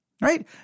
right